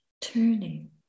Turning